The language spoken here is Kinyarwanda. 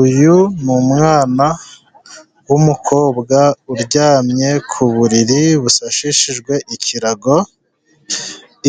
Uyu ni umwana w'umukobwa uryamye ku buriri busashishijwe ikirago.